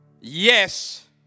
yes